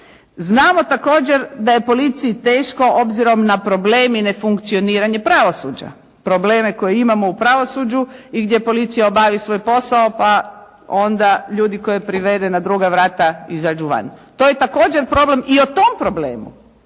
Znamo također da je policiji teško obzirom na problem i nefunkcioniranje pravosuđa, probleme koje imamo u pravosuđu i gdje policija obavi svoj posao pa onda ljudi koji prirede na druga vrata izađu van. To je također problem. I to tom problemu